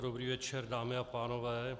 Dobrý večer, dámy a pánové.